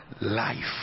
life